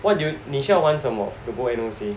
what do you 你需要换什么 to go N_O_C